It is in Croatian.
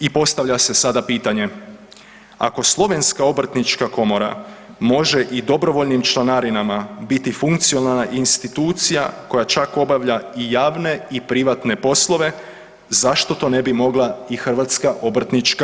I postavlja se sada pitanje, ako Slovenska obrtnička komora može i dobrovoljnim članarinama biti funkcionalna institucija koja čak obavlja i javne i privatne poslove, zašto to ne bi mogla i HOK.